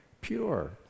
pure